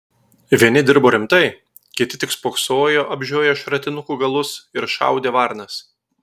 vieni dirbo rimtai kiti tik spoksojo apžioję šratinukų galus ir šaudė varnas